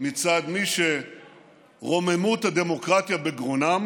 מצד מי שרוממות הדמוקרטיה בגרונם